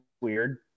weird